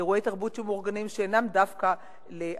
לאירועי תרבות שמאורגנים ואינם דווקא לערבים.